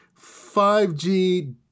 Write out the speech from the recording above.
5G